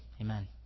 Amen